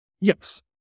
yes